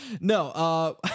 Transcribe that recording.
No